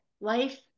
life